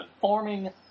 forming